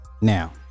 now